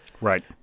Right